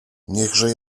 niechże